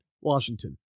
Washington